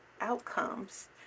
outcomes